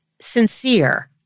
sincere